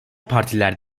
partiler